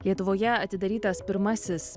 lietuvoje atidarytas pirmasis